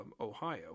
Ohio